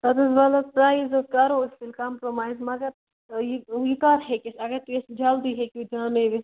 اَدٕ حظ وَلہٕ حظ پرٛایز حظ کَرو أسۍ کَمپرٛومایز مگر یہِ ٲں یہِ کَر ہیٚکہِ اسہِ اگر تُہۍ اسہِ جلدی ہیٚکِو دیٛاونٲیِتھ